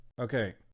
Okay